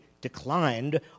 declined